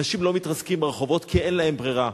אנשים לא מתרסקים ברחובות כי אין להם ברירה.